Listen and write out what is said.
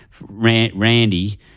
Randy